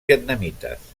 vietnamites